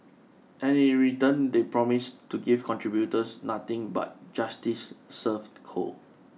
and in return they promise to give contributors nothing but justice served cold